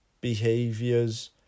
behaviors